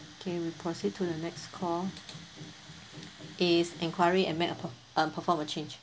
K we proceed to the next call is inquiry and make a per~ uh perform a change